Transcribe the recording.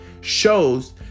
shows